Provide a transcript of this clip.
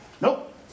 Nope